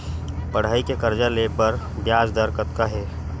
पढ़ई के कर्जा ले बर ब्याज दर कतका हे?